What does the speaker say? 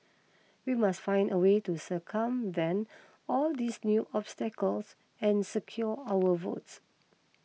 we must find a way to circumvent all these new obstacles and secure our votes